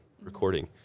recording